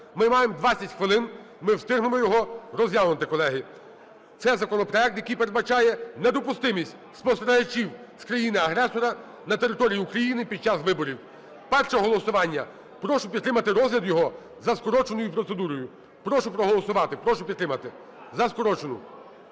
Ми маємо 20 хвилин, ми встигнемо його розглянути, колеги. Це законопроект, який передбачає недопустимість спостерігачів з країни-агресора на територію України під час виборів. Перше голосування: прошу підтримати розгляд його за скороченою процедурою. Прошу проголосувати, прошу підтримати за скорочену.